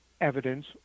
evidence